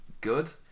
good